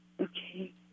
Okay